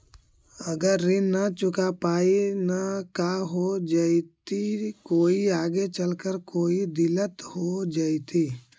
अगर ऋण न चुका पाई न का हो जयती, कोई आगे चलकर कोई दिलत हो जयती?